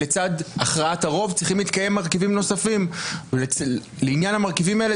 לצד הכרעתה רוב צריכים להתקיים מרכיבים נוספים ולעניין המרכיבים האלה,